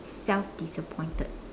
self disappointed